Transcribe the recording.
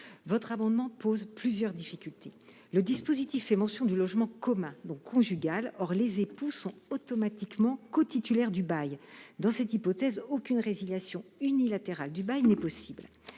Votre amendement pose plusieurs difficultés. Le dispositif proposé fait mention du logement commun ou conjugal. Or les époux sont automatiquement cotitulaires du bail ; dans cette hypothèse, aucune résiliation unilatérale du bail n'est possible.